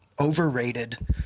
Overrated